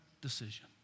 decision